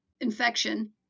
infection